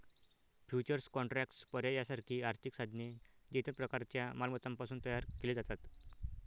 futures contracts, पर्याय यासारखी आर्थिक साधने, जी इतर प्रकारच्या मालमत्तांपासून तयार केली जातात